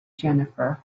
jennifer